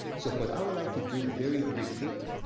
so what i would like to do very briefly.